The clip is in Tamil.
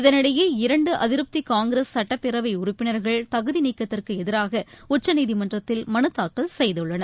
இதனிடையே இரண்டுஅதிருப்திகாங்கிரஸ் சட்டப்பேரவைஉறுப்பினர்கள் தகுதிநீக்கத்திற்குஎதிராகஉச்சநீதிமன்றத்தில் மனுதாக்கல் செய்துள்ளனர்